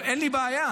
אין לי בעיה.